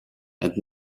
and